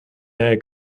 egg